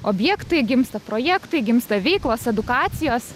objektai gimsta projektai gimsta veiklos edukacijos